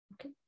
Okay